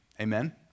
Amen